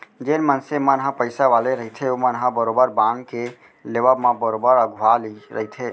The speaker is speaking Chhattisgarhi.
जेन मनसे मन ह पइसा वाले रहिथे ओमन ह बरोबर बांड के लेवब म बरोबर अघुवा रहिथे